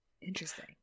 interesting